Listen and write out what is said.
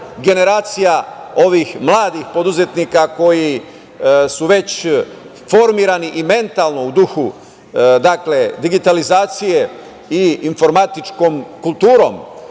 generacija, ovih mladih preduzetnika koji su već formirani i mentalno u duhu digitalizacije i informatičkom kulturom